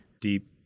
deep